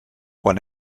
quan